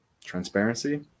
Transparency